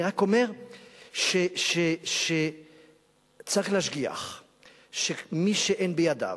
אני רק אומר שצריך להשגיח שמי שאין בידיו,